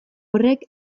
horrek